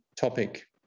topic